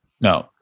no